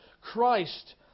Christ